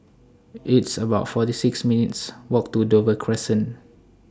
It's about forty six minutes' Walk to Dover Crescent